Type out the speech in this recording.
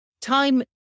time